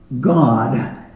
God